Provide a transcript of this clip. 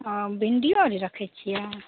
हँ भिन्डियो अरी रखैत छियै